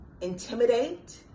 Intimidate